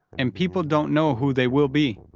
and people don't know who they will be.